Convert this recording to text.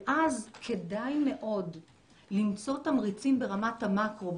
ואז כדאי מאוד למצוא תמריצים ברמת המקרו,